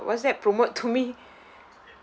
uh what's that promote to me